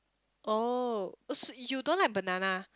oh so you don't like banana